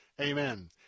Amen